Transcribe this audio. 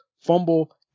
fumble